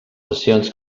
sessions